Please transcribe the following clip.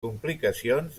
complicacions